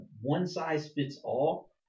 one-size-fits-all